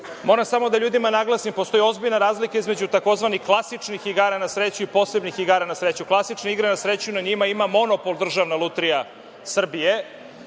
moram samo da ljudima naglasim, postoji ozbiljna razlika između tzv. klasičnih igara na sreću i posebnih igara na sreću. Klasične igre na sreću, na njima ima monopol Državna lutrija Srbije